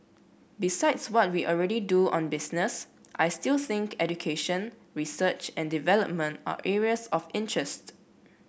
besides what we already do on business I still think education research and development are areas of interest